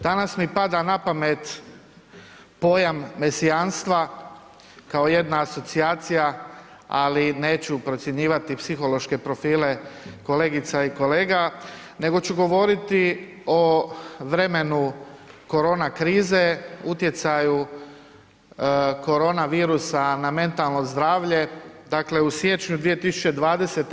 Danas mi pada na pamet pojam mesijanstva kao jedna asocijacija ali neću procjenjivati psihološke profile kolegica i kolega, nego ću govoriti o vremenu korona krize, utjecaju korona virusa na mentalno zdravlje dakle u siječnju 2020.